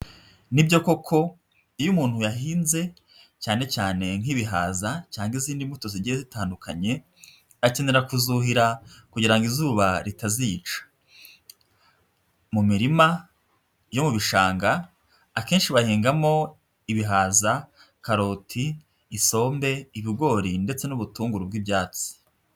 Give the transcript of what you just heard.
Nibyo koko iyo umuntu yahinze cyane cyane nk'ibihaza cyangwa izindi mbuto zigiye zitandukanye, akenera kuzuhira kugira izuba ritazica, mu mirima yo mu bishanga akenshi bahingamo ibihaza, karoti, isombe, ibigori ndetse n'ubutunguru bw'ibyatsi.